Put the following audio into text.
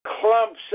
clumps